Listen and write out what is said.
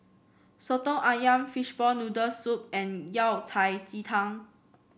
Soto ayam Fishball Noodle Soup and Yao Cai Ji Tang